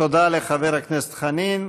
תודה לחבר הכנסת חנין.